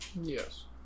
Yes